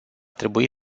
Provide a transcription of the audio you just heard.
trebui